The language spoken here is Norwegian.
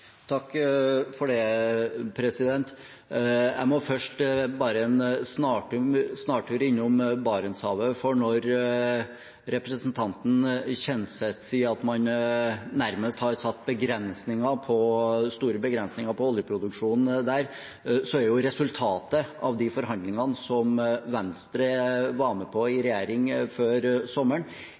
Jeg må først bare en snartur innom Barentshavet, for når representanten Kjenseth sier at man nærmest har satt begrensninger, store begrensninger, på oljeproduksjonen der, er jo resultatet av de forhandlingene som Venstre var med på i regjering før sommeren,